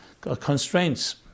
constraints